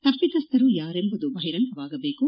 ತಪ್ಪಿತಸ್ಥರು ಯಾರೆಂಬುದು ಬಹಿರಂಗವಾಗಬೇಕು